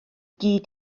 gyd